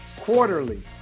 quarterly